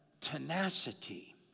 tenacity